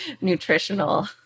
nutritional